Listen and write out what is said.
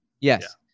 Yes